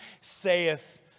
saith